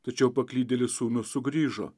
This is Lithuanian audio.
tačiau paklydėlis sūnus sugrįžo